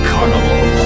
Carnival